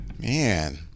man